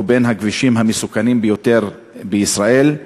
הוא מהכבישים המסוכנים ביותר בישראל.